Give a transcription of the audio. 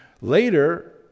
Later